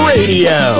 Radio